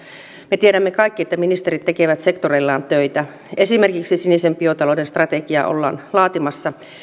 me tiedämme kaikki että ministerit tekevät sektoreillaan töitä esimerkiksi sinisen biotalouden strategiaa ollaan laatimassa